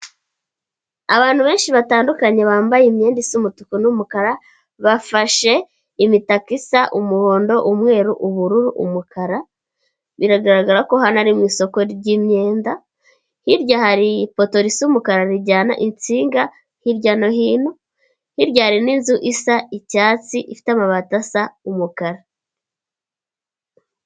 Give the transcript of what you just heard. Abantu benshi batandukanye bambaye imyenda isa umutuku n'umukara, bafashe imitaka isa umuhondo, umweru, ubururu, umukara, biragaragara ko hano ari mu isoko ry'imyenda, hirya hari ipoto risa umukara rijyana insinga hirya no hino, hirya hari n'inzu isa icyatsi ifite amabati asa umukara.